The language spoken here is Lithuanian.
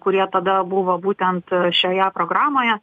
kurie tada buvo būtent šioje programoje